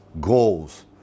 goals